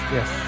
Yes